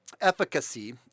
Efficacy